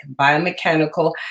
biomechanical